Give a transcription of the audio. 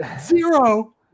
Zero